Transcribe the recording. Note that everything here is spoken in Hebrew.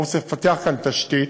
ברור שצריך לפתח כאן תשתית,